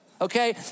okay